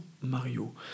Mario